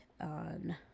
on